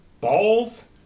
Balls